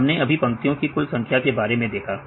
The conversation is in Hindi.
हमने अभी पंक्तियों की कुल संख्या के बारे में देखा